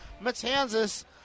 Matanzas